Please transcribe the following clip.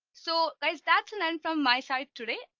so guys that's an end from my side today.